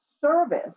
service